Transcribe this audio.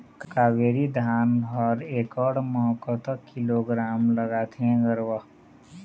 कावेरी धान हर एकड़ म कतक किलोग्राम लगाथें गरवा?